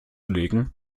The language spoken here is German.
legen